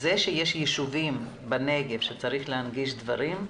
זה שיש ישובים בנגב שצריך להנגיש דברים,